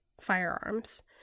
firearms